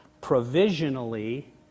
provisionally